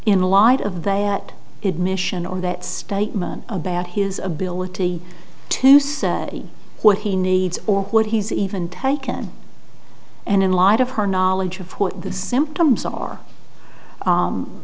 the light of day at it mission or that statement about his ability to say what he needs or what he's even taken and in light of her knowledge of what the symptoms are